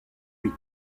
huit